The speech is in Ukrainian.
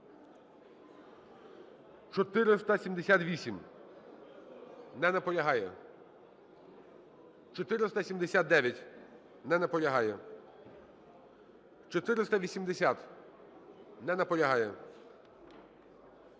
478. Не наполягає. 479. Не наполягає. 480. Не наполягає.